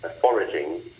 foraging